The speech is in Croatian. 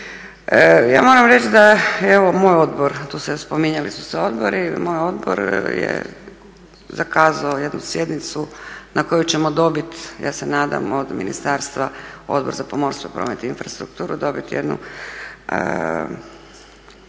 Ja moram reći da moj odbor, tu su se spominjali odbori, moj odbor je zakazao jednu sjednicu na kojoj ćemo dobit ja se nadam od ministarstva, Odbor za pomorstvo, promet i infrastrukturu dobit jednu